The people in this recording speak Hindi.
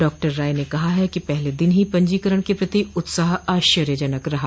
डॉक्टर राय ने कहा कि पहले दिन ही पंजीकरण के प्रति उत्साह आश्चर्यजनक रहा